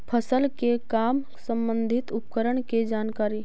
फसल के काम संबंधित उपकरण के जानकारी?